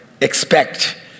expect